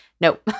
nope